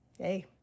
Yay